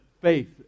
faith